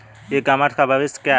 ई commerce का भविष्य क्या है?